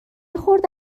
خورده